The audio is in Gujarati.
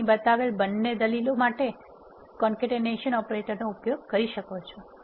તમે અહીં બતાવેલ બંને દલીલો માટે કોન્કેટેનેશન ઓપરેટરનો ઉપયોગ કરી શકો છો